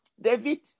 David